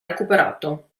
recuperato